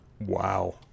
Wow